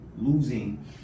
losing